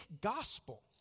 gospel